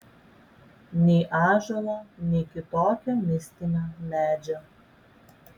nei ąžuolo nei kitokio mistinio medžio